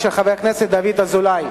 של חבר הכנסת דוד אזולאי.